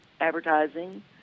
advertising